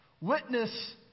Witness